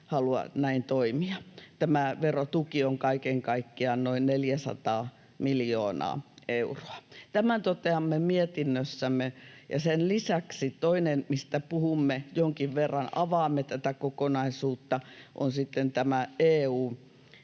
Tämä verotuki on kaiken kaikkiaan noin 400 miljoonaa euroa. Tämän toteamme mietinnössämme. Sen lisäksi toinen, mistä puhumme, jonkin verran avaamme tätä kokonaisuutta, on sitten tämä EU:n